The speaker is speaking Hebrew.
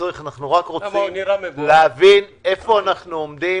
שצריך אנו רק רוצים להבין איפה אנו עומדים